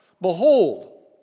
Behold